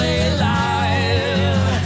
alive